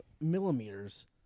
millimeters